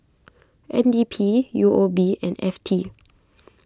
N D P U O B and F T